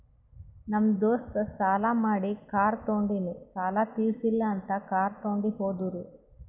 ನಮ್ ದೋಸ್ತ ಸಾಲಾ ಮಾಡಿ ಕಾರ್ ತೊಂಡಿನು ಸಾಲಾ ತಿರ್ಸಿಲ್ಲ ಅಂತ್ ಕಾರ್ ತೊಂಡಿ ಹೋದುರ್